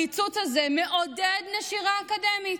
הקיצוץ הזה מעודד נשירה אקדמית.